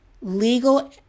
legal